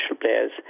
players